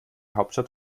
hauptstadt